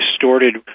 distorted